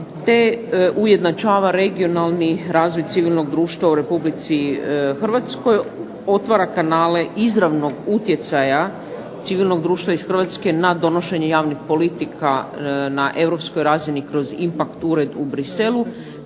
te ujednačava regionalni razvoj civilnog društva u Republici Hrvatskoj, otvara kanale izravnog utjecaja civilnog društva iz Hrvatske na donošenje javnih politika na europskoj razini kroz …/Ne razumije